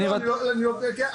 רגע, אני רוצה.